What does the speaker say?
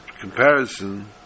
comparison